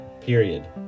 Period